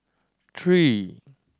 three